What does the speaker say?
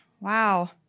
Wow